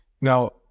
Now